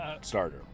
starter